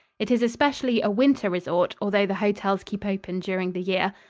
it is especially a winter resort, although the hotels keep open during the year.